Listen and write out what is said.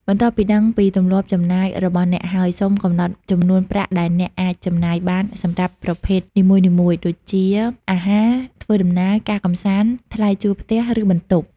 បន្ទាប់ពីដឹងពីទម្លាប់ចំណាយរបស់អ្នកហើយ សូមកំណត់ចំនួនប្រាក់ដែលអ្នកអាចចំណាយបានសម្រាប់ប្រភេទនីមួយៗ ដូចជា អាហារ ធ្វើដំណើរ ការកម្សាន្ត ថ្លៃជួលផ្ទះ ឬ បន្ទប់។